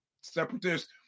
separatists